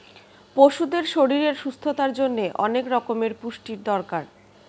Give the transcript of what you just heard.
পশুদের শরীরের সুস্থতার জন্যে অনেক রকমের পুষ্টির দরকার